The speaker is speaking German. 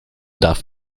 darf